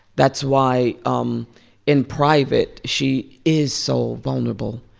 that's why um in private, she is so vulnerable.